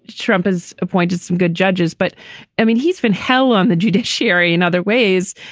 trump has appointed some good judges, but i mean, he's been hell on the judiciary in other ways,